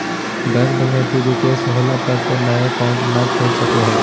bank डकैती के case होला पर तो नया अकाउंट नय खुला सको हइ